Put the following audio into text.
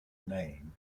name